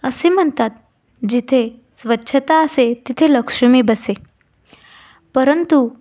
असे म्हणतात जिथे स्वच्छता असे तिथे लक्ष्मी वसे परंतु